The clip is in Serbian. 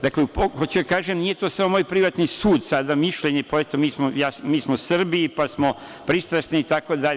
Dakle, hoću da kažem nije to samo moj privatni sud, sada mišljenje mi smo Srbi, pa smo pristrasni, itd.